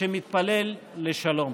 שמתפלל לשלום.